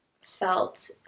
felt